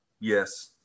Yes